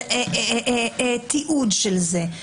של תיעוד של זה,